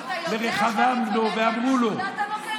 אינו נוכח